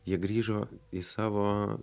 jie grįžo į savo